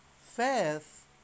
faith